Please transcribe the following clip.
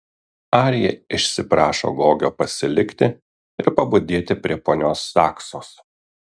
arija išsiprašo gogio pasilikti ir pabudėti prie ponios saksos